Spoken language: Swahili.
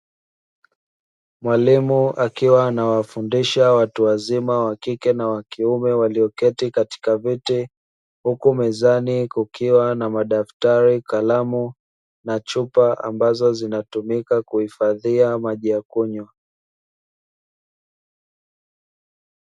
Mwalimu akiwa anawafundisha watu wazima (wa kike na wa kiume) walioketi katika viti, huku mezani kukiwa na mdaftari, kalamu na chupa; ambazo zinatumika kuhifadhia maji ya kunywa.